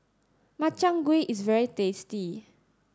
Makchang Gui is very tasty